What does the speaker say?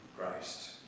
Christ